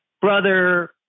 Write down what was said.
brother